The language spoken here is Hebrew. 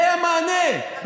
זה המענה,